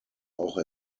auch